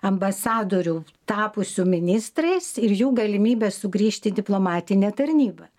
ambasadorių tapusių ministrais ir jų galimybes sugrįžt į diplomatinę tarnybą